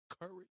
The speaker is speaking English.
courage